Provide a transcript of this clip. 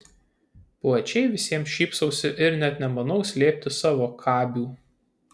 plačiai visiems šypsausi ir net nemanau slėpti savo kabių